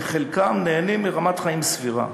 חלקם נהנים מרמת חיים סבירה,